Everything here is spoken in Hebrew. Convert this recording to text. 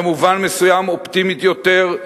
במובן מסוים אופטימית יותר,